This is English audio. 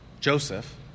Joseph